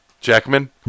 jackman